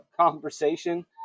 conversation